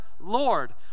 Lord